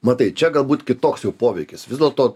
matai čia galbūt kitoks jau poveikis vis dėlto